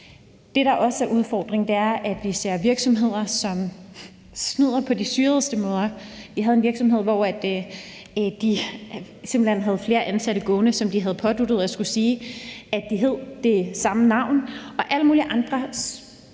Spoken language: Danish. Det, der er også udfordringen, er, at vi ser virksomheder, som snyder på de mest syrede måder. Vi havde en virksomhed, som simpelt hen havde flere ansatte gående, som de havde påduttet at skulle sige det samme navn, og der er alle mulige andre